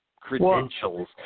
credentials